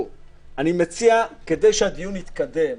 כדי שהדיון יתקדם,